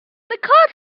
because